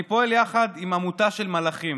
אני פועל יחד עם עמותה של מלאכים